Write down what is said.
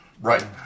Right